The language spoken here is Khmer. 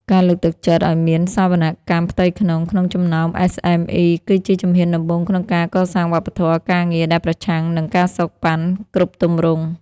ការលើកទឹកចិត្តឱ្យមាន "សវនកម្មផ្ទៃក្នុង" ក្នុងចំណោម SME គឺជាជំហានដំបូងក្នុងការកសាងវប្បធម៌ការងារដែលប្រឆាំងនឹង ការសូកប៉ាន់ គ្រប់ទម្រង់។